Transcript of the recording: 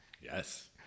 yes